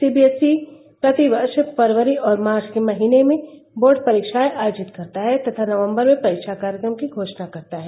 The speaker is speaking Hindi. सीबीएसई प्रति वर्ष फरवरी और मार्च के महीने में बोर्ड परीक्षाएं आयोजित करता है तथा नवंबर में परीक्षा कार्यक्रम की घोषणा करता है